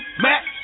Mac